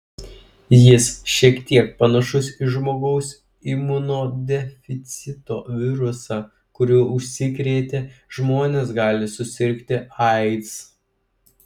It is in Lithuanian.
jis šiek tiek panašus į žmogaus imunodeficito virusą kuriuo užsikrėtę žmonės gali susirgti aids